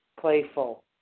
playful